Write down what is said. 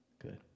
Good